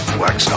wax